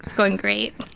going great.